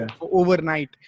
overnight